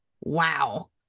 Wow